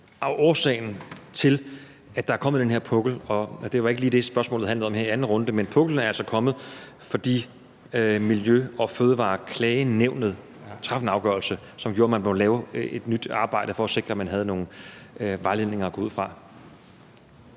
for årsagen til, at der er kommet den her pukkel. Det var ikke lige det, spørgsmålet her handlede om i anden runde, men puklen er altså kommet, fordi Miljø- og Fødevareklagenævnet traf en afgørelse, som gjorde, at man måtte lave et nyt arbejde for at sikre, at man havde nogle vejledninger at gå ud fra.